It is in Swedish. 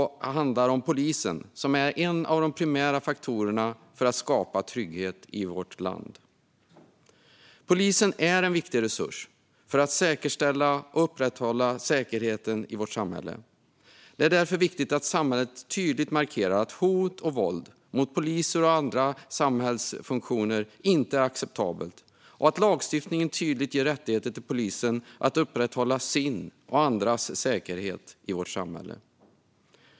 Det handlar om polisen, som är en av de primära faktorerna för att skapa trygghet i vårt land. Polisen är en viktig resurs för att säkerställa och upprätthålla säkerheten i vårt samhälle. Det är därför viktigt att samhället tydligt markerar att det inte är acceptabelt med hot och våld mot poliser och andra samhällsfunktioner och att lagstiftningen tydligt ger polisen rättigheter att upprätthålla sin och andras säkerhet i vårt samhälle.